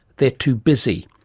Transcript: they're too busy.